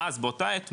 אז באותה עת,